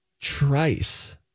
Trice